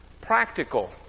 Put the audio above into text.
practical